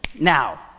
now